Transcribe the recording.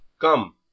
Come